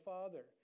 Father